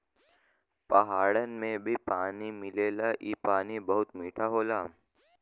पहाड़न में भी पानी मिलेला इ पानी बहुते मीठा होला